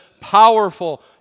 powerful